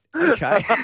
Okay